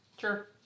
Sure